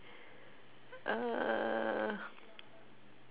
err